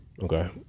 Okay